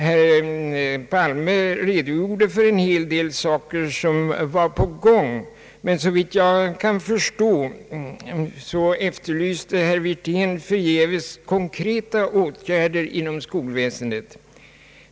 Herr Palme redogjorde för en hel del saker som var i gång, men såvitt jag kan förstå efterlyste herr Wirten förgäves konkreta åtgärder inom skolväsendet.